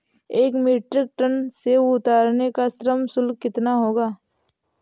एक metric ton सेव उतारने का श्रम शुल्क कितना होगा?